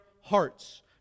hearts